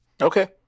Okay